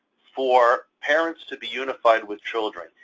for parents to be unified with children,